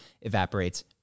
evaporates